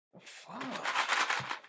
Fuck